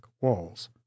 walls